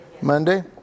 Monday